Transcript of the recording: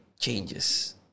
changes